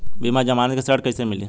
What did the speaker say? बिना जमानत के ऋण कैसे मिली?